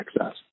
access